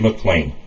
McLean